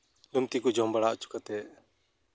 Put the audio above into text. ᱞᱩᱢᱛᱤ ᱠᱚ ᱡᱚᱢ ᱵᱟᱲᱟ ᱦᱚᱪᱚ ᱠᱟᱛᱮᱫ